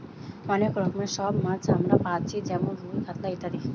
অনেক রকমের সব মাছ আমরা পাচ্ছি যেমন রুই, কাতলা ইত্যাদি